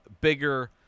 Bigger